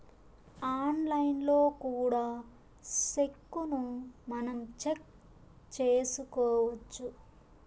ఆన్లైన్లో కూడా సెక్కును మనం చెక్ చేసుకోవచ్చు